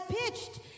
pitched